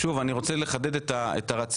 אני רוצה לחדד את הרציונל.